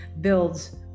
builds